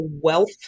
wealth